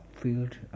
field